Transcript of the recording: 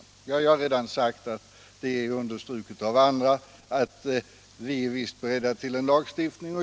Andra har här redan sagt att vi visst är beredda att lagstifta på detta område.